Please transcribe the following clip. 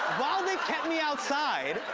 while they kept me outside,